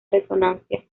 resonancia